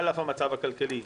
על אף המצב הכלכלי.